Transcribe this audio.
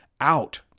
out